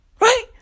Right